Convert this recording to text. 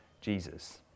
Jesus